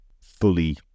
fully